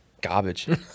garbage